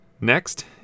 Next